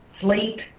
sleep